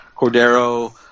Cordero